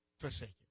forsaken